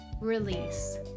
release